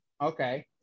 Okay